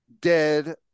dead